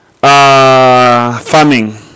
farming